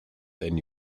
than